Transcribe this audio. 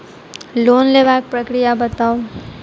Loan लेबाक प्रक्रिया बताऊ?